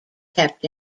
kept